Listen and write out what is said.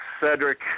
Cedric